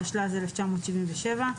התשל"ז-1977.